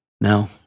no